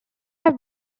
have